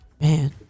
Man